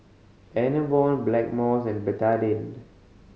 Enervon Blackmores and Betadine